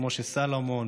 משה סולומון,